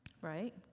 right